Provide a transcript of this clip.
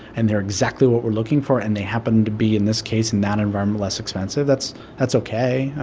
and they're exactly what we're looking for, and they happen to be, in this case, in that environment, less expensive. that's that's ok. ah